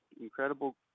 incredible